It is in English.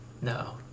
No